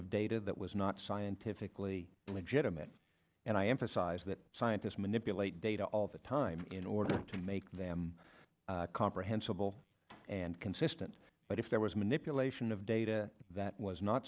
of data that was not scientifically illegitimate and i emphasize that scientists manipulate data all the time in order to make them comprehensible and consistent but if there was manipulation of data that was not